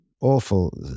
awful